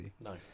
No